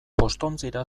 postontzira